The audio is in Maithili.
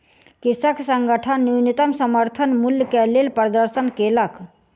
कृषक संगठन न्यूनतम समर्थन मूल्य के लेल प्रदर्शन केलक